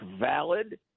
valid